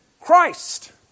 Christ